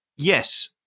Yes